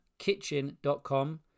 Kitchen.com